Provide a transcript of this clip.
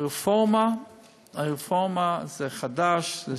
הרפורמה חדשה.